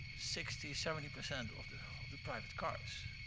sixty, seventy percent of the of the private cars.